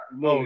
no